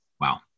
Wow